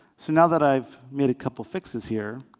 so now that i've made a couple of fixes here,